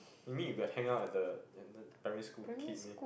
you mean you got hang out at the at the primary school kid meh